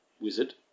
wizard